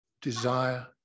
desire